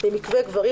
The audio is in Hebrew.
במקווה גברים,